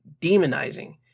demonizing